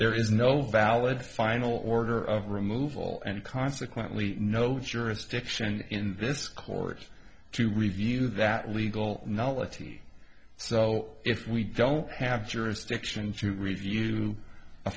there is no valid final order of removal and consequently no jurisdiction in this court to review that legal nullity so if we don't have jurisdiction to review a